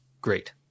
great